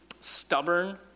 stubborn